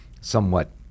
somewhat